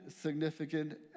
significant